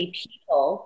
people